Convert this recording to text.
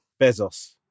Bezos